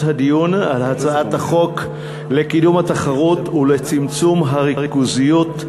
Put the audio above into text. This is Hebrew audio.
הדיון על הצעת החוק לקידום התחרות ולצמצום הריכוזיות,